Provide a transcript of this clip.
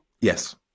Yes